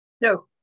No